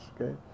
okay